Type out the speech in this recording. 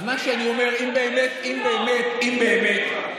בניגוד לך,